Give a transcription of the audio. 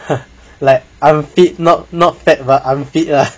like I'm fit not not fat but I'm unfit lah